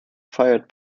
fired